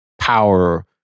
power